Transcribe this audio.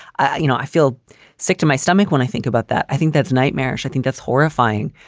i you know i feel sick to my stomach when i think about that. i think that's nightmarish. i think that's horrifying.